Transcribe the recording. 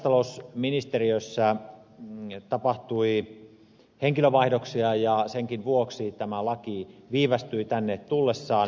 maa ja metsätalousministeriössä tapahtui henkilövaihdoksia ja senkin vuoksi tämä laki viivästyi tänne tullessaan